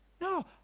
No